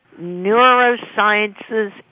Neurosciences